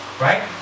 Right